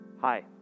Hi